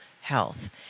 health